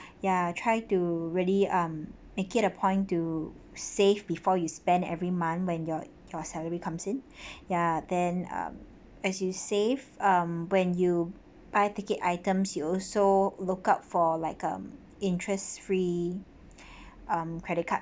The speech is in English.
ya try to really um make it a point to save before you spend every month when your your salary comes in ya then um as you save um when you buy ticket items you also look out for like um interest free um credit card